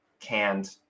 canned